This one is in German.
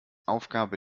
aufgabe